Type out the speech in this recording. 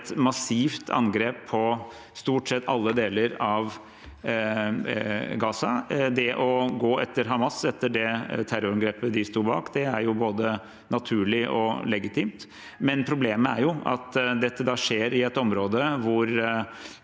altså et massivt angrep på stort sett alle deler av Gaza. Det å gå etter Hamas etter det terrorangrepet de sto bak, er både naturlig og legitimt. Men problemet er at dette skjer i et område hvor